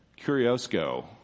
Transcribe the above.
Curiosco